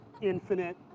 Infinite